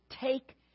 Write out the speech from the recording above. take